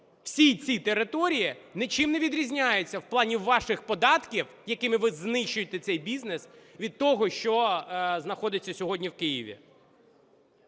Всі ці території нічим не відрізняються в плані ваших податків, якими ви знищуєте цей бізнес, від того, що знаходиться сьогодні в Києві.